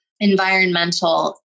Environmental